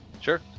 Sure